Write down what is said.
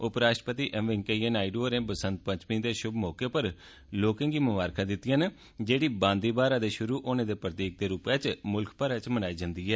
उप राष्ट्रपति एम वैंकइया नायडू होरें वसंत पंचमी दे शुम मौके पर लोकें गी ममारखां दित्तियां न जेड़ी बांदी बहारै दे शुरू होने दे प्रतीक दे रूपै च मुल्ख भरै च मनाई जंदी ऐ